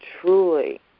truly